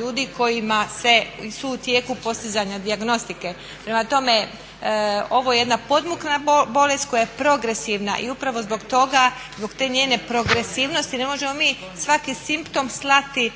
ljudi kojima se, su u tijeku postizanja dijagnostike. Prema tome, ovo je jedna podmukla bolest koja je progresivna i upravo zbog toga, zbog te njene progresivnosti ne možemo mi svaki simptom slati